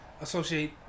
associate